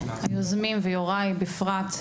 היוזמים ויוראי בפרט,